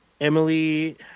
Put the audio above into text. Emily